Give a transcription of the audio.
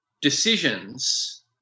decisions